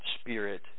spirit